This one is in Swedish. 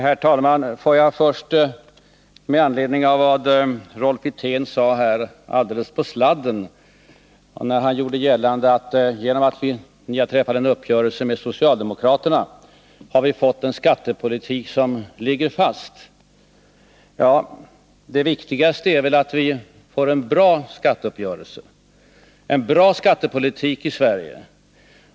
Herr talman! Jag vill först kommentera det som Rolf Wirtén sade här alldeles på sladden. Han gjorde gällande att genom att man har träffat en uppgörelse med socialdemokraterna har vi fått en skattepolitik som ligger fast. Men det viktigaste är väl att vi får en bra skatteuppgörelse, en bra skattepolitik i Sverige.